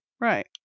Right